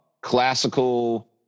classical